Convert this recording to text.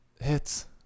Hits